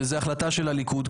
וזאת החלטה של הליכוד,